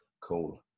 Cool